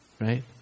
Right